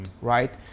Right